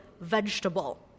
vegetable